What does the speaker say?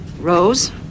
Rose